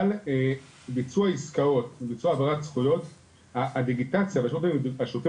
אבל ביצוע עסקאות וביצוע העברת זכויות - הדיגיטציה והשירותים